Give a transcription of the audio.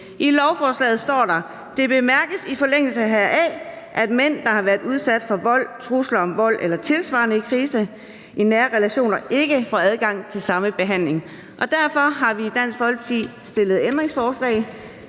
lovforslaget står der: »Det bemærkes i forlængelse heraf, at mænd, der har været udsat for vold, trusler om vold eller tilsvarende krise i nære relationer, ikke får adgang til samme behandling.« Derfor har vi i Dansk Folkeparti stillet ændringsforslag,